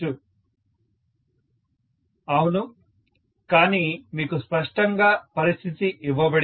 professor అవును కానీ మీకు స్పష్టంగా పరిస్థితి ఇవ్వబడింది